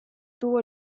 tuvo